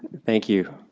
thank you,